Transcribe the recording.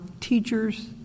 teachers